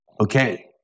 okay